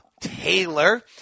Taylor